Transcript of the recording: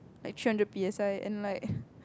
like three hundred P_S_I and like